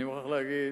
אני מוכרח להגיד,